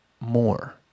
more